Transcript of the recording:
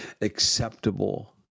acceptable